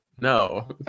no